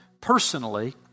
personally